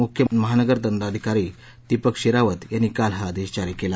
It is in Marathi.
मुख्य महानगर दंडाधिकारी दीपक शेरावत यांनी काल हा आदेश जारी केला